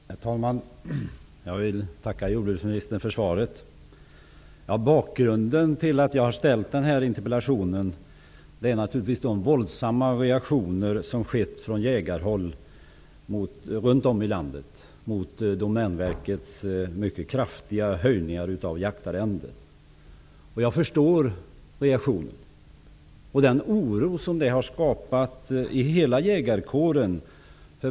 Herr talman! Jag vill tacka jordbruksministern för svaret. Bakgrunden till min interpellation är naturligtvis de våldsamma reaktioner som skett från jägarhåll runt om i landet mot Domänverkets mycket kraftiga höjningar av jaktarrendet. Jag förstår reaktionerna och den oro som har skapats i hela jägarkåren.